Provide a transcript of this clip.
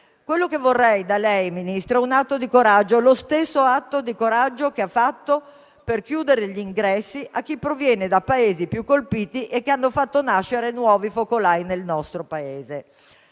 Quello che vorrei da lei, Ministro, è un atto di coraggio. Lo stesso che ha fatto per chiudere gli ingressi a chi proviene dai Paesi più colpiti e che hanno fatto nascere nuovi focolai nel nostro Paese.